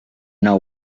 know